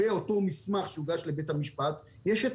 באותו המשפט שהוגש לבית המשפט יש את